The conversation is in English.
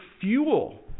fuel